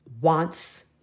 wants